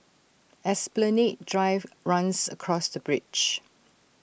Esplanade Drive runs across the bridge